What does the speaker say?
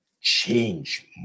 change